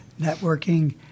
networking